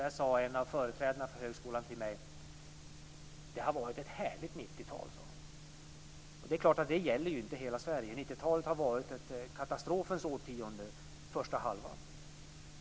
Där sade en av företrädarna för högskolan till mig: "Det har varit ett härligt 90-tal." Det är klart att det inte gäller hela Sverige. 90-talet har varit ett katastrofens årtionde under första halvan.